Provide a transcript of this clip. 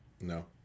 no